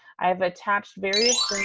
i have attached various